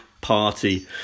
party